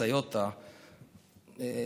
סאיוטה,